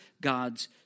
God's